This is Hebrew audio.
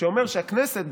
שאומר שהכנסת,